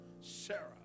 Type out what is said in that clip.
Sarah